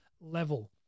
level